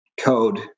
code